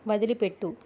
వదిలిపెట్టు